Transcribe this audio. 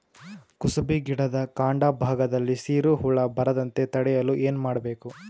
ಕುಸುಬಿ ಗಿಡದ ಕಾಂಡ ಭಾಗದಲ್ಲಿ ಸೀರು ಹುಳು ಬರದಂತೆ ತಡೆಯಲು ಏನ್ ಮಾಡಬೇಕು?